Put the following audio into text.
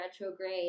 retrograde